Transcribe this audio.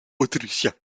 autrichiens